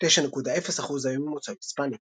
9.0% היו ממוצא היספאני.